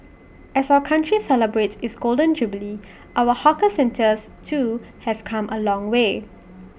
as our country celebrates its Golden Jubilee our hawker centres too have come A long way